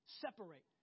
Separate